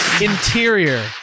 Interior